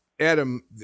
Adam